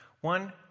One